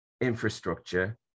infrastructure